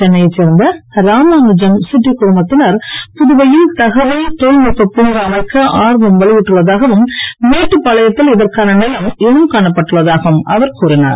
சென்னையை சேர்ந்த ராமானுஜம் சிட்டி குழுமத்தினர் புதுவையில் தகவல் தொழில் நுட்ப பூங்கா அமைக்க ஆர்வம் வெளியிட்டுள்ளதாகவும் மேட்டுப்பாளையத்தில் இதற்கான நிலம் இனம் காணப்பட்டுள்ளதாகவும் அவர் கூறினார்